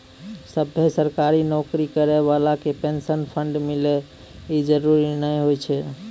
सभ्भे सरकारी नौकरी करै बाला के पेंशन फंड मिले इ जरुरी नै होय छै